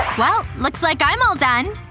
well, looks like i'm all done!